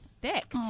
thick